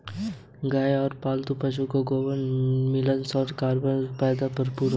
गाय और पालतू पशुओं का गोबर मिनरल्स और कार्बनिक पदार्थों से भरपूर होता है